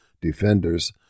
defenders